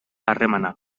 harremana